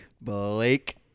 Blake